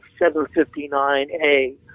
759A